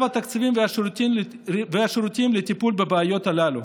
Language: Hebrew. התקציבים והשירותים לטיפול בבעיות הללו.